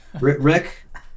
Rick